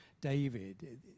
David